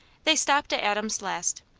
they stopped at adam's last,